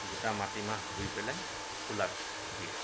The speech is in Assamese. গোটা মাটিমাহ ধুই পেলাই খোলাত দিয়ে